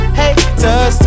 haters